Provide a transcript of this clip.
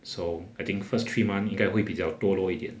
so I think first three month 应该会比较堕落一点